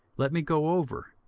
let me go over,